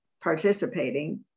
participating